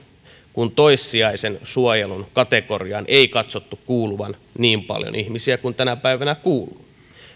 että toissijaisen suojelun kategoriaan ei katsottu kuuluvan niin paljon ihmisiä kuin tänä päivänä kuuluu